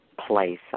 place